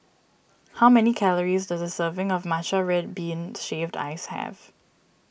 how many calories does a serving of Matcha Red Bean Shaved Ice have